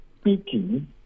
speaking